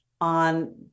on